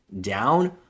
down